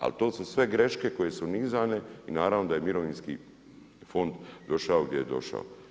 Ali to su sve greške koje su nizane i naravno da je Mirovinski fond došao gdje je došao.